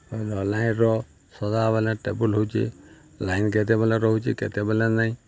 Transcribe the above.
ଲାଇନ୍ର ସଦାବେଲେ ଟ୍ରବୁଲ୍ ହଉଛେ ଲାଇନ୍ କେତେବେଲେ ରହୁଛେ କେତେବେଲେ ନାଇଁ